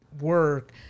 work